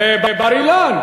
בבר-אילן.